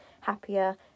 happier